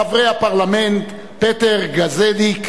חבר הפרלמנט פטר גאזדיק,